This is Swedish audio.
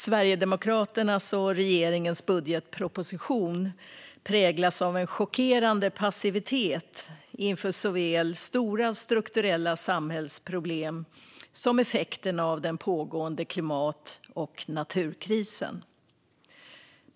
Sverigedemokraternas och regeringens budgetproposition präglas av en chockerande passivitet inför såväl stora strukturella samhällsproblem som effekterna av den pågående klimat och naturkrisen.